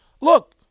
Look